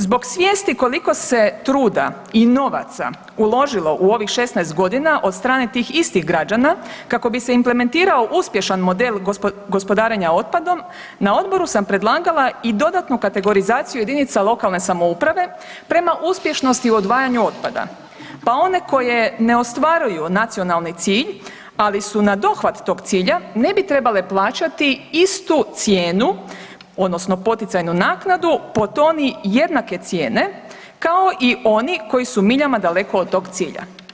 Zbog svijesti koliko se truda i novaca uložilo u ovih 16 godina od strane tih istih građana, kako bi se implementirao uspješan model gospodarenja otpadom, na Odboru sam predlagala i dodanu kategorizaciju jedinica lokalne samouprave prema uspješnosti u odvajanju otpada, pa one koje ne ostvaruju nacionalni cilj, ali su nadohvat tog cilja, ne bi trebale plaćati istu cijenu, odnosno poticajnu naknadu po toni jednake cijene kao i oni koji su miljama daleko od tog cilja.